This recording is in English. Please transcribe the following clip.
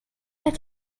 that